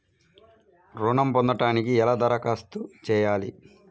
ఋణం పొందటానికి ఎలా దరఖాస్తు చేయాలి?